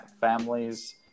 families